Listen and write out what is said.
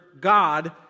God